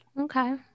Okay